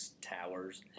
towers